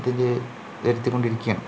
അതില് വരുത്തി കൊണ്ടിരിക്കയാണ്